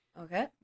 Okay